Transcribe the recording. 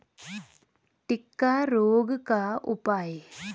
टिक्का रोग का उपाय?